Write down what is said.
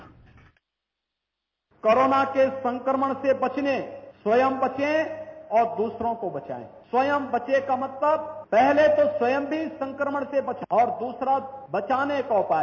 bite corona के संक्रमण से बचने स्वयं बचे और दूसरों को बचाये स्वयं बचे का मतलब पहले तो स्वयं भी इस संक्रमण से बचे और दूसरा बचाने का उपाय